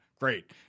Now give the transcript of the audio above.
Great